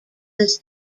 his